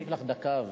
יש לך דקה,